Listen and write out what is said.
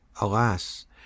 alas